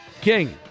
King